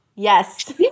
Yes